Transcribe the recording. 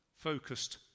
focused